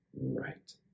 right